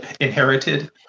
inherited